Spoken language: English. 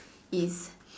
is